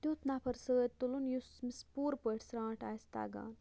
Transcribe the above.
تیُتھ نَفر سۭتۍ تُلُن یُس أمِس پوٗرٕ پٲٹھۍ سرٛانٹھ آسہِ تگان